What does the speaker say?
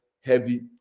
heavy